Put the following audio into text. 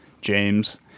James